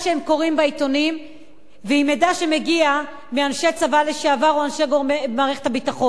קוראים בעיתונים ועם מידע שמגיע מאנשי צבא לשעבר או אנשי מערכת הביטחון.